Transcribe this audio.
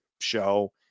show